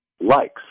Likes